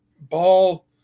ball